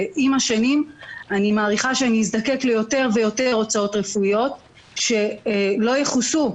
ועם השנים אני מעריכה שאזדקק ליותר ויותר הוצאות רפואיות שלא יכוסו.